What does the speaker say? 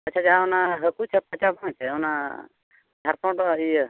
ᱟᱪᱪᱷᱟ ᱡᱟᱦᱟᱸ ᱚᱱᱟ ᱦᱟᱹᱠᱩ ᱪᱷᱟᱯ ᱠᱟᱪᱟ ᱵᱟᱝ ᱪᱮ ᱚᱱᱟ ᱡᱷᱟᱲᱠᱷᱚᱸᱰ ᱫᱚ ᱤᱭᱟᱹ